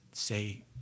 say